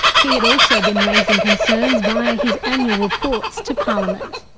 he had also been raising concerns via his annual reports to parliament.